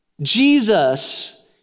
Jesus